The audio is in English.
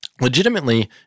legitimately